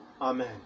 Amen